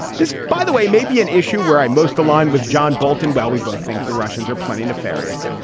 this, by the way, may be an issue where i most aligned with john bolton, while we both think the russians are plenty nefarious,